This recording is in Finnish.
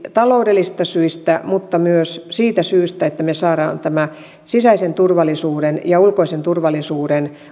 taloudellisista syistä mutta myös siitä syystä että me saamme tämän sisäisen turvallisuuden ja ulkoisen turvallisuuden